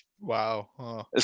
Wow